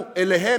שלנו מהם?